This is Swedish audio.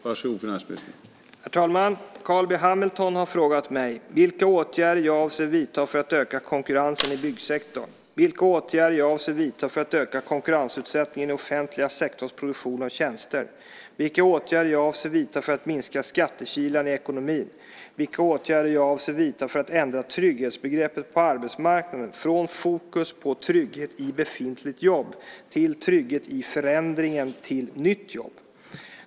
Herr talman! Carl B Hamilton har frågat mig vilka åtgärder jag avser att vidta för att öka konkurrensen i byggsektorn, vilka åtgärder jag avser att vidta för att öka konkurrensutsättningen i offentlig sektors produktion av tjänster, vilka åtgärder jag avser att vidta för att minska skattekilarna i ekonomin och vilka åtgärder jag avser att vidta för att ändra trygghetsbegreppet på arbetsmarknaden från fokus på trygghet i befintligt jobb till trygghet i förändringen till nytt jobb.